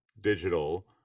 digital